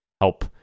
help